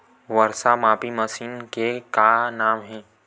वर्षा मापी मशीन के का नाम हे?